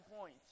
point